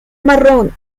marrón